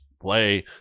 play